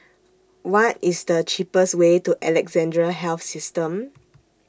What IS The cheapest Way to Alexandra Health System